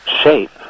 shape